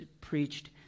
preached